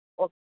okay